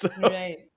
Right